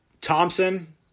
Thompson